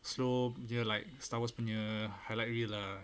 slow jer like star wars punya the highlight reel ah